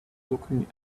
looking